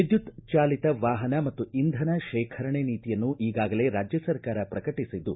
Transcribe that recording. ವಿದ್ಯುತ್ ಚಾಲಿತ ವಾಪನ ಮತ್ತು ಇಂಧನ ಶೇಖರಣೆ ನೀತಿಯನ್ನು ಈಗಾಗಲೇ ರಾಜ್ಯ ಸರ್ಕಾರ ಪ್ರಕಟಿಸಿದ್ದು